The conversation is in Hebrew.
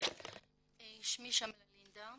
אני